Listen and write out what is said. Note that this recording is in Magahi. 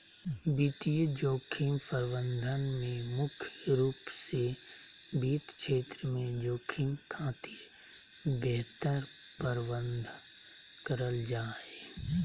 वित्तीय जोखिम प्रबंधन में मुख्य रूप से वित्त क्षेत्र में जोखिम खातिर बेहतर प्रबंध करल जा हय